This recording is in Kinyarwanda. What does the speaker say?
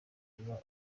biba